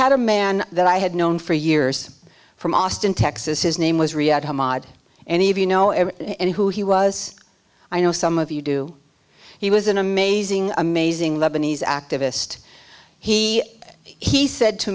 had a man that i had known for years from austin texas his name was riyadh hamada any of you know and who he was i know some of you do he was an amazing amazing lebanese activist he he said to